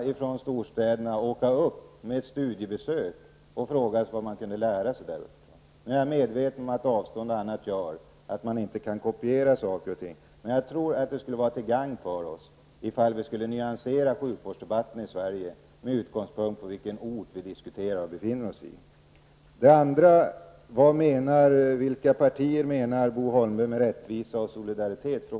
Några från storstäderna borde kanske åka dit på studiebesök och se efter vad de kunde ha att lära sig av hur man löst problemen där uppe. Jag är medveten om att avstånd och annat gör att man inte kan kopiera olika modeller, men jag tror att det skulle vara till gagn om vi kunde nyansera sjukvårdsdebatten i Sverige med utgångspunkt från vilken ort diskussionen gäller. Daniel Tarschys frågade vilka partier jag avsåg när det gällde rättvisa och solidaritet.